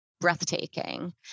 breathtaking